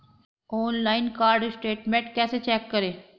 Online card statement कैसे check करें?